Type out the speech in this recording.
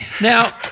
Now